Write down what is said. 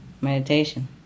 Meditation